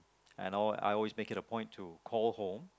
and all I always make it a point to call home